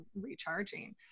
recharging